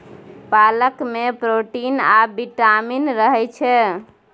पालक मे प्रोटीन आ बिटामिन रहय छै